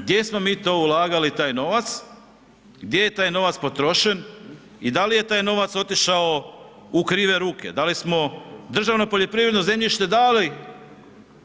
Gdje smo mi to ulagali taj novac, gdje je taj novac potrošen i da li je taj novac otišao u krive ruke, da li smo državno poljoprivredno zemljište dali